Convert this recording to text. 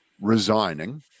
resigning